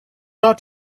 out